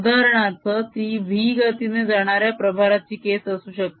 उदाहरणार्थ ती v गतीने जाणाऱ्या प्रभाराची केस असू शकते